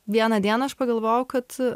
vieną dieną aš pagalvojau kad